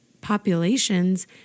populations